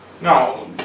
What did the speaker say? now